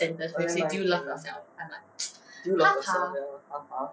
okay nice um do you love yourself